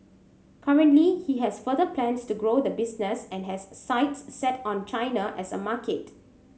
currently he has further plans to grow the business and has sights set on China as a market